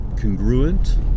congruent